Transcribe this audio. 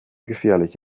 gefährlich